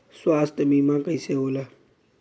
स्वास्थ्य बीमा कईसे होला?